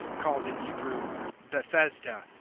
called in hebrew bethesda.